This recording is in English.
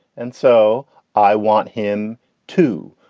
and so i want him to.